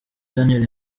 daniel